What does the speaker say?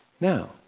now